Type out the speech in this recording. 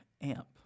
amp